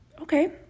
okay